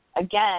again